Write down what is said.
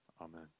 Amen